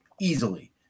easily